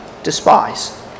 Despise